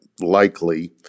likely